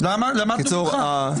למדנו ממך.